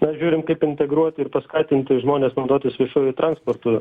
mes žiūrim kaip integruoti ir paskatinti žmones naudotis viešuoju transportu